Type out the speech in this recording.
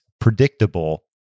predictable